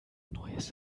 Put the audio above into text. neues